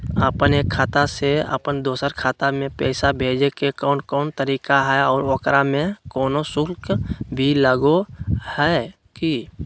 अपन एक खाता से अपन दोसर खाता में पैसा भेजे के कौन कौन तरीका है और ओकरा में कोनो शुक्ल भी लगो है की?